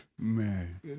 Man